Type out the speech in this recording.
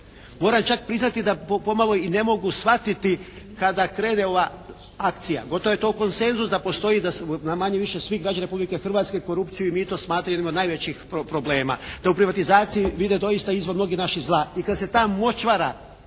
Moram čak priznati da pomalo i ne mogu shvatiti kada krene ova akcija, gotovo je to konsenzus da postoji da manje-više svi građani Republike Hrvatske korupciju i mito smatraju jednim od najvećih problema, da u privatizaciji vide doista izvor mnogih naših zla i da se ta močvara